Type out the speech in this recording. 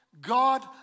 God